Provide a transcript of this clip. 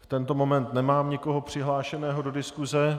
V tento moment nemám nikoho přihlášeného do diskuse.